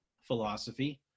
philosophy